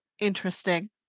interesting